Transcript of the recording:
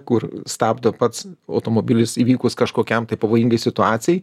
kur stabdo pats automobilis įvykus kažkokiam tai pavojingai situacijai